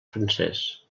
francès